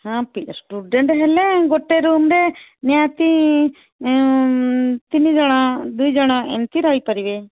ହଁ ଷ୍ଟୁଡ଼େଣ୍ଟ ହେଲେ ଗୋଟେ ରୁମ୍ରେ ନିହାତି ତିନିଜଣ ଦୁଇଜଣ ଏମିତି ରହିପାରିବେ